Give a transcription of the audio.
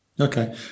Okay